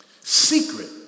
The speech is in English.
secret